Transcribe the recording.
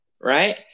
Right